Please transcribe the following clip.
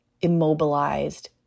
immobilized